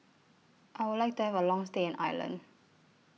I Would like to Have A Long stay in Ireland